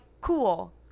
Cool